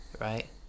Right